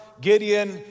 Gideon